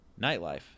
Nightlife